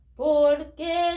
porque